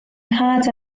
nhad